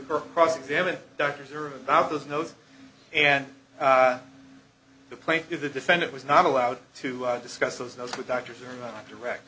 cross examining doctors are about those notes and the point is the defendant was not allowed to discuss those notes with doctors or not direct